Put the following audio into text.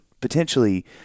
potentially